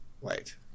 Wait